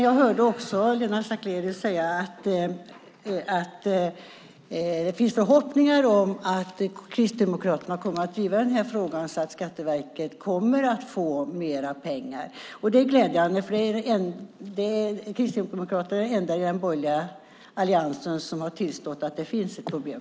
Jag hörde också Lennart Sacrédeus säga att det finns förhoppningar om att Kristdemokraterna kommer att driva den här frågan så att Skatteverket kommer att få mera pengar. Det är glädjande. Kristdemokraterna är de enda i den borgerliga alliansen som har tillstått att det finns ett problem.